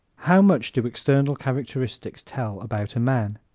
how much do external characteristics tell about a man?